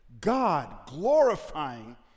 God-glorifying